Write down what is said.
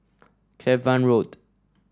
Cavan Road